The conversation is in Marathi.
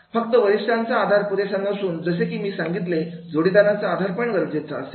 फक्त वरिष्ठांचा आधार पुरेसा नसून जसे कि मी सांगितले जोडीदारांचा आधार पण गरजेचा असेल